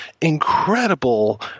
incredible